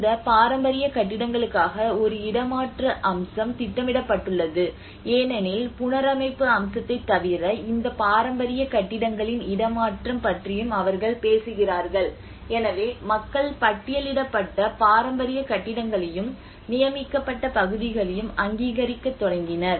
இந்த பாரம்பரிய கட்டிடங்களுக்காக ஒரு இடமாற்றம் அம்சம் திட்டமிடப்பட்டுள்ளது ஏனெனில் புனரமைப்பு அம்சத்தைத் தவிர இந்த பாரம்பரிய கட்டிடங்களின் இடமாற்றம் பற்றியும் அவர்கள் பேசுகிறார்கள் எனவே மக்கள் பட்டியலிடப்பட்ட பாரம்பரிய கட்டிடங்களையும் நியமிக்கப்பட்ட பகுதிகளையும் அங்கீகரிக்கத் தொடங்கினர்